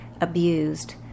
abused